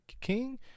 king